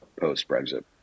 post-Brexit